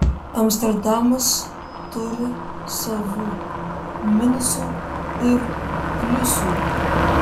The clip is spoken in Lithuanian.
amsterdamas turi savų minusų ir pliusų